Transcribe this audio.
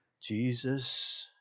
Jesus